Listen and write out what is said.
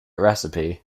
recipe